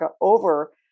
over